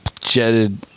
jetted